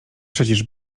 przecież